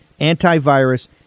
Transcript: antivirus